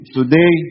Today